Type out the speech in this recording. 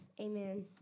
Amen